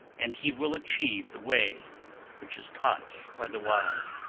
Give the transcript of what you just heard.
and he will achieve the way which is taught by the wise.